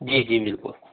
जी जी बिल्कुल